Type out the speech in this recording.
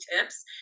tips